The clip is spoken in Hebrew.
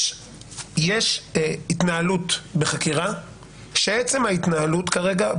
יש התנהלות בחקירה שעצם ההתנהלות כרגע,